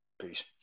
Peace